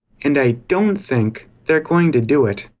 and i don't think they're going to do it.